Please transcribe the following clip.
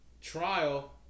trial